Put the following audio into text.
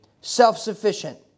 self-sufficient